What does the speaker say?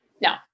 no